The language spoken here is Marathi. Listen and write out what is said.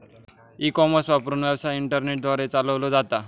ई कॉमर्स वापरून, व्यवसाय इंटरनेट द्वारे चालवलो जाता